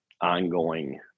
ongoing